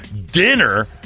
Dinner